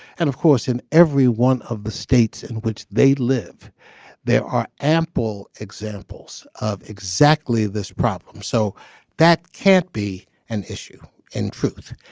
and of course in every one of the states in which they live there are ample examples of exactly this problem so that can't be an issue in truth.